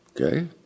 okay